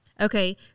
Okay